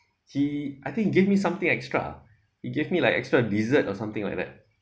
he I think he gave me something extra he gave me like extra dessert or something like that